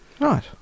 Right